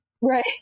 Right